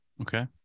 Okay